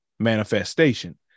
manifestation